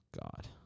God